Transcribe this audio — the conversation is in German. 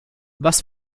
was